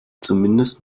zumindest